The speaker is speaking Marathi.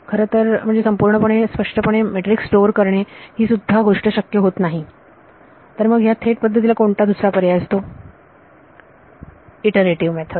खरंतर म्हणजे संपूर्णपणे स्पष्टपणे मेट्रीक्स स्टोअर करणे ही सुद्धा गोष्ट शक्य होत नाही तर मग ह्या थेट पद्धतीला कोणता दुसरा पर्याय असतो इटरेटिव्ह मेथड